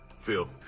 Phil